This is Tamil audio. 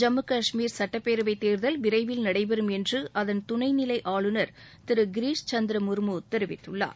ஜம்மு கஷ்மீர் சட்டப்பேரவை தேர்தல் விரைவில் நடைபெறும் என்று அதன் துணை நிலை ஆளுநர் திரு கிரிஷ்சந்திர முர்மு தெரிவித்துள்ளார்